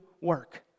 work